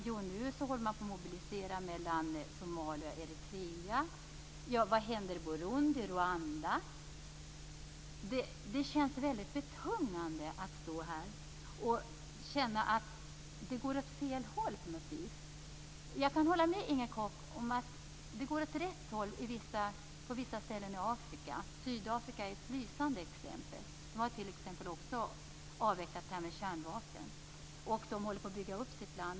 Jo, man håller på att mobilisera mellan Somalia och Eritrea. Vad händer i Burundi och Rwanda? Det känns väldigt betungande att stå här och känna att det går åt fel håll på något vis. Jag kan hålla med Inger Koch om att det går åt rätt håll på vissa ställen i Afrika. Sydafrika är ett lysande exempel. De har t.ex. också avvecklat kärnvapen. De håller på att bygga upp sitt land.